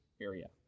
area